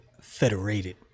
federated